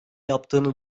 yaptığını